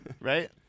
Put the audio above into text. right